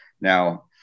Now